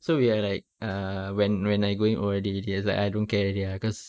so we're like err when when I going O_R_D it was like ah don't care already ah because